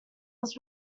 was